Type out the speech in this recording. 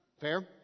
Fair